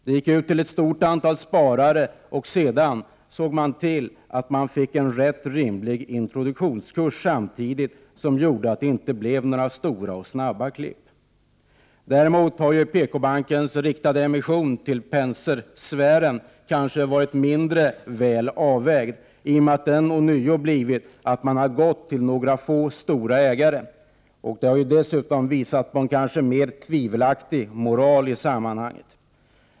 Den gick ut till ett stort antal sparare, och man såg sedan till att man fick en rätt rimlig introduktionskurs, som gjorde att det inte blev några stora och snabba klipp. Däremot har PKbankens riktade emission till Pensersfären kanske varit mindre väl avvägd, i och med att man ånyo gått till några få stora ägare. Det har dessutom visat på en kanske mer tvivelaktig moral i sammanhanget.